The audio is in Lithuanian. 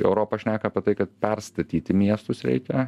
europa šneka apie tai kad perstatyti miestus reikia